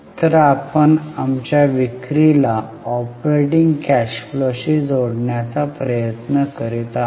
तर आपण आमच्या विक्रीला ऑपरेटिंग कॅश फ्लोशी जोडण्याचा प्रयत्न करीत आहोत